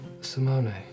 Simone